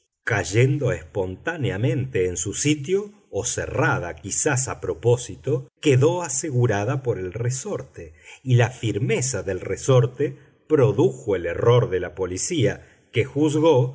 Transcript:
cayendo espontáneamente en su sitio o cerrada quizás a propósito quedó asegurada por el resorte y la firmeza del resorte produjo el error de la policía que juzgó